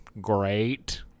great